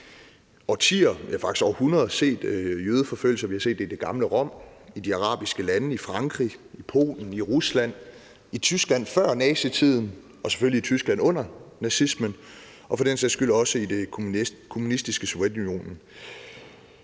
ja, faktisk århundreder set jødeforfølgelser. Vi har set det i det gamle Rom, i de arabiske lande, i Frankrig, i Polen, i Rusland, i Tyskland før nazitiden og selvfølgelig i Tyskland under nazismen og for den sags skyld også i det kommunistiske Sovjetunionen.